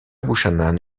buchanan